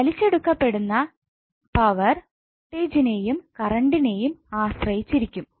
വലിച്ചെടുക്കുകപെടുന്ന power വോൾട്ടേജ്നെയും കറണ്ട്നെയും ആശ്രയിച്ചിരിക്കും